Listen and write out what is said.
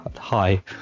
hi